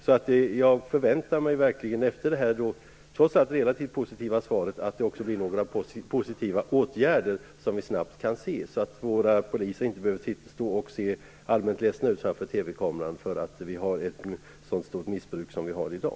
Trots det relativt positiva svaret förväntar jag mig alltså att vi snabbt kan se positiva åtgärder, så att våra poliser inte behöver stå framför TV-kameran och se allmänt ledsna ut över det stora missbruk som finns i dag.